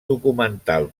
documental